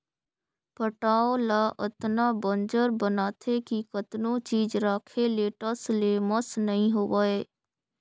पटांव ल अतना बंजर बनाथे कि कतनो चीज राखे ले टस ले मस नइ होवय